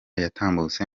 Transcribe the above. yatambutse